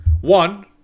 One